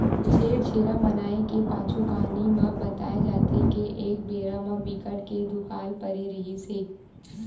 छेरछेरा मनाए के पाछू कहानी म बताए जाथे के एक बेरा म बिकट के दुकाल परे रिहिस हे